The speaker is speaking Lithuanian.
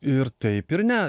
ir taip ir ne